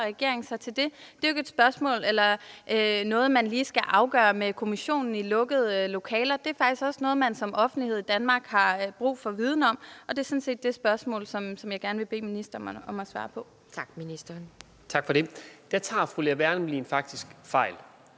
regeringen sig til det? Det er jo ikke noget, man lige skal afgøre med Kommissionen i lukkede lokaler – det er faktisk også noget, man som offentlighed i Danmark har brug for viden om, og det er sådan set det spørgsmål, som jeg gerne vil bede ministeren om at svare på. Kl. 14:08 Formanden (Pia Kjærsgaard): Tak.